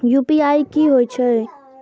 UPI की होई छै?